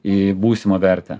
į būsimą vertę